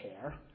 care